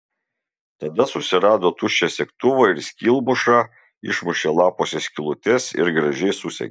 tada susirado tuščią segtuvą ir skylmušą išmušė lapuose skylutes ir gražiai susegė